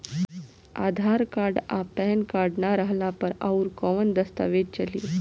आधार card आ pan card ना रहला पर अउरकवन दस्तावेज चली?